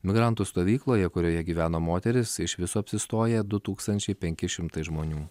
migrantų stovykloje kurioje gyveno moteris iš viso apsistoję du tūkstančiai penki šimtai žmonių